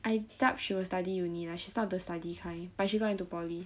I doubt she will study uni lah she's not the study kind but she got into poly